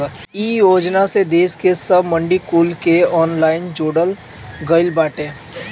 इ योजना से देस के सब मंडी कुल के ऑनलाइन जोड़ल गईल बाटे